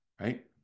right